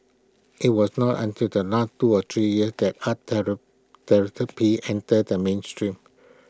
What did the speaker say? IT was not until the last two to three years that art therapy entered the mainstream